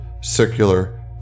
circular